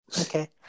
okay